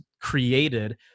created